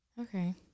Okay